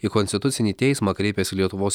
į konstitucinį teismą kreipėsi lietuvos